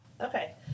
Okay